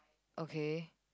okay